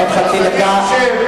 עוד חצי דקה בבקשה.